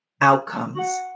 outcomes